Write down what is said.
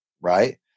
Right